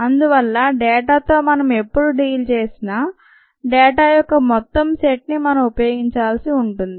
అందువల్ల డేటాతో మనం ఎప్పుడు డీల్ చేసినా డేటా యొక్క మొత్తం సెట్ని మనం ఉపయోగించాల్సి ఉంటుంది